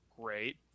great